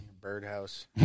Birdhouse